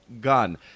gun